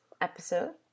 episode